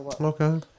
Okay